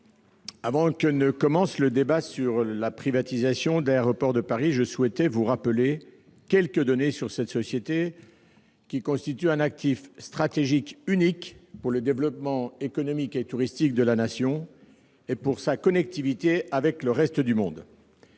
avant que ne commence le débat sur la privatisation d'Aéroports de Paris, je souhaite vous rappeler quelques données sur cette société qui constitue un actif stratégique unique pour le développement économique et touristique de la Nation et pour sa connectivité avec le reste du monde.